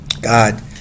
God